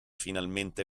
finalmente